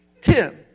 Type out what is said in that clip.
Tim